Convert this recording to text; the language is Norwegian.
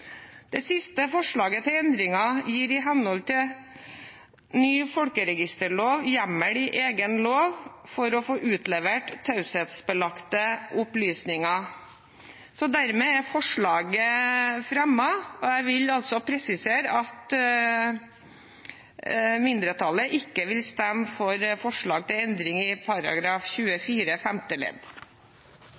Det siste forslaget til endringer gir i henhold til ny folkeregisterlov hjemmel i egen lov for å få utlevert taushetsbelagte opplysninger. Dermed er komiteens innstilling fremmet, og jeg vil presisere at mindretallet ikke vil stemme for forslag til endring i § 24 femte ledd.